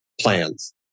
plans